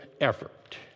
effort